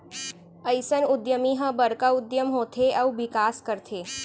अइसन उद्यमी ह बड़का उद्यम होथे अउ बिकास करथे